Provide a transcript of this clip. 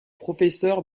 professeur